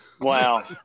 wow